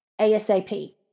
ASAP